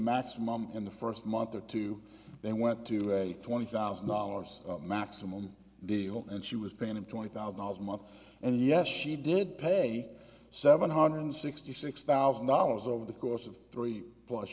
maximum in the first month or two they went to a twenty thousand dollars maximum deal and she was paying him twenty thousand dollars a month and yes she did pay seven hundred sixty six thousand dollars over the course of three plus